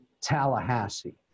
Tallahassee